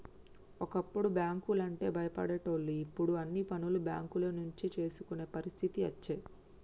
ఒకప్పుడు బ్యాంకు లంటే భయపడేటోళ్లు ఇప్పుడు అన్ని పనులు బేంకుల నుంచే చేసుకునే పరిస్థితి అచ్చే